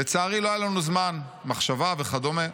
לצערי, לא היה לנו זמן, מחשבה וכדומה.